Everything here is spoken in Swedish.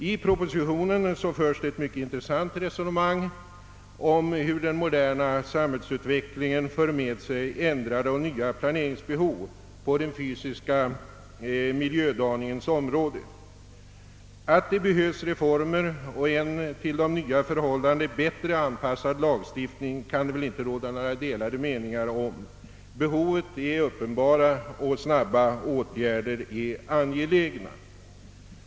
I propositionen förs det ett mycket intressant resonemang om hur den moderna samhällsutvecklingen för med sig ändrade och nya planeringsbehov på den fysiska miljödaningens område. Ja, att det behövs reformer och en till de nya förhållandena bättre anpassad lagstiftning råder det väl inga delade meningar om. Behoven är uppenbara, och snabba åtgärder är mycket angelägna.